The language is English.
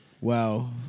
Wow